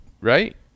right